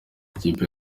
ikipe